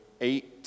eight